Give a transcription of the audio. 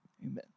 Amen